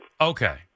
Okay